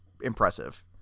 impressive